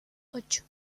ocho